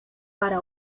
para